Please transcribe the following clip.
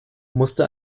musste